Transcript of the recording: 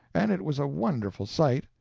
and it was a wonderful sight.